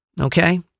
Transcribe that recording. Okay